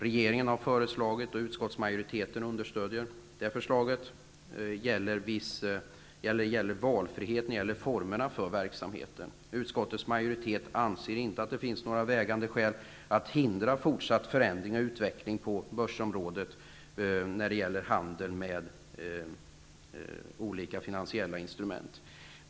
Regeringen har föreslagit -- och utskottsmajoriteten understödjer förslaget -- en viss valfrihet för formerna för verksamheten. Utskottets majoritet anser inte att det finns några vägande skäl att hindra fortsatt förändring och utveckling på börsområdet när det gäller handel med finansiella instrument.